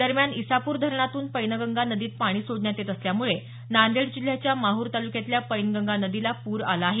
दरम्यान ईसापूर धरणातून पैनगंगा नदीत पाणी सोडण्यात येत असल्यामुळे नांदेड जिल्ह्याच्या माहूर तालुक्यातल्या पैनगंगा नदीला पूर आला आहे